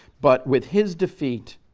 but with his defeat,